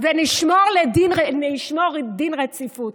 ונשמור דין רציפות.